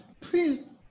Please